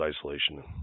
isolation